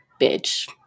bitch